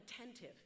attentive